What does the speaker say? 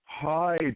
Hi